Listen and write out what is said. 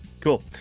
cool